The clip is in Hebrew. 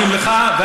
אומרים לך,